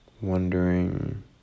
Wondering